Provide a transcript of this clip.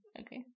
Okay